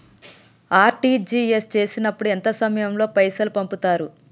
RTGS చేసినప్పుడు ఎంత సమయం లో పైసలు పంపుతరు?